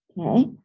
okay